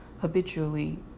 habitually